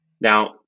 now